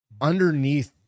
underneath